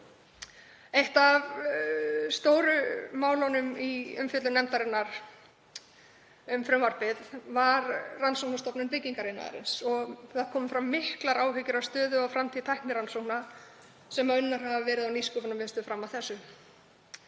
Eitt af stóru málunum í umfjöllun nefndarinnar um frumvarpið var Rannsóknastofa byggingariðnaðarins og komu fram miklar áhyggjur af stöðu og framtíð tæknirannsókna sem unnar hafa verið á Nýsköpunarmiðstöð fram að þessu.